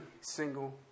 single